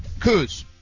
Kuz